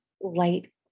light